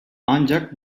ancak